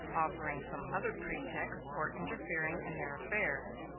offering some other pretexts for interfering in their affairs.